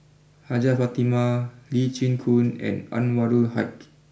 Hajjah Fatimah Lee Chin Koon and Anwarul Haque